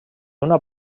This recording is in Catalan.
una